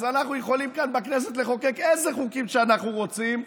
אז אנחנו יכולים כאן בכנסת לחוקק איזה חוקים שאנחנו רוצים,